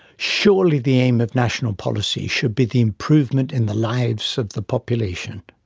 surely the aim of national policy should be the improvement in the lives of the population,